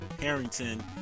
harrington